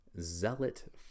zealot